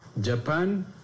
Japan